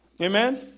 Amen